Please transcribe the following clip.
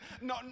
no